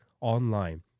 online